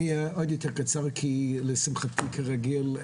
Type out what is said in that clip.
אני עוד יותר קצר כי לשמחתי כרגיל,